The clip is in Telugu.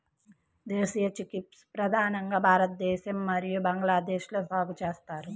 దేశీయ చిక్పీస్ ప్రధానంగా భారతదేశం మరియు బంగ్లాదేశ్లో సాగు చేస్తారు